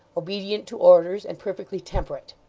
obedient to orders, and perfectly temperate.